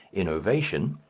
innovation,